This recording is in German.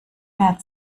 mehr